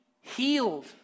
healed